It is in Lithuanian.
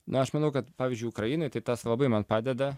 na aš manau kad pavyzdžiui ukrainoj tai tas labai man padeda